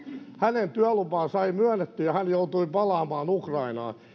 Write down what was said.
hänen työlupaansa ei myönnetty ja hän joutui palaamaan ukrainaan